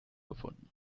gefunden